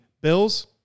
Bills